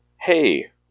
hey